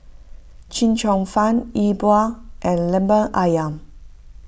Chee Cheong Fun E Bua and Lemper Ayam